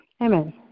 Amen